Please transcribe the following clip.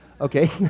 okay